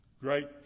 great